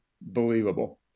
believable